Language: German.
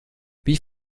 wie